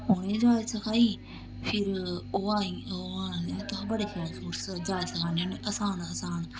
उ'नेंगी जाच सखाई फिर ओह् असें ओह् आखदे तुस बड़े शैल जाच सखाने होन्ने असान असान